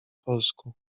polsku